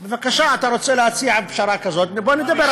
בבקשה, אתה רוצה להציע פשרה כזאת, בוא נדבר.